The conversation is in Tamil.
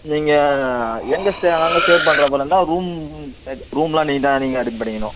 நீங்கள் எங்கே ஸ்டே அங்கே ஸ்டே பண்றது போலிருந்தா ரூம் ரூம்லாம் நீங்கள் தான் நீங்கள் தான் அரேஞ்ச் பண்ணிக்கணும்